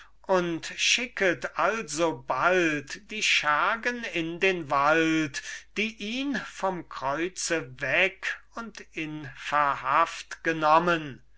schicket alsobald die schergen in den wald die ihn vom kreuze weg und in verhaft genommen